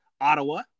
Ottawa